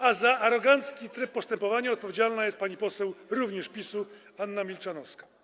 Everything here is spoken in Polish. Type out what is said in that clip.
A za arogancki tryb postępowania odpowiedzialna jest pani poseł, również z PiS-u, Anna Milczanowska.